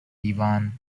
divan